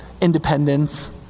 independence